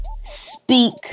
speak